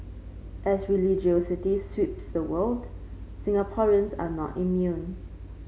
as religiosity sweeps the world Singaporeans are not immune